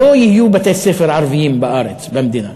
לא יהיו בתי-ספר ערביים בארץ, במדינה.